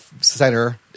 center –